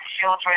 children